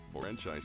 Franchise